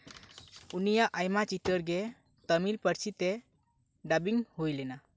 ᱩᱱᱤᱭᱟᱜ ᱟᱭᱢᱟ ᱪᱤᱛᱟᱹᱨ ᱜᱮ ᱛᱟᱹᱢᱤᱞ ᱯᱟᱹᱨᱥᱤ ᱛᱮ ᱰᱟᱵᱤᱝ ᱦᱩᱭ ᱞᱮᱱᱟ